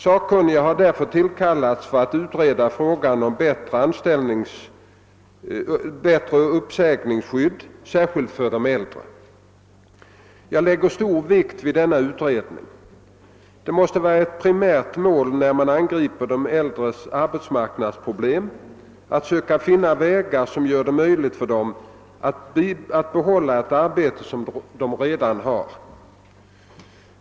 Sakkunniga har därför tillkallats för att utreda frågan om bättre uppsägningsskydd särskilt för de äldre. Jag lägger stor vikt vid denna utredning. Det måste vara ett primärt mål när man angriper de äldres arbetsmarknadsproblem att söka finna vägar som gör det möjligt för dem att behålla ett arbete som de redan har.